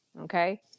okay